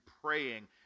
praying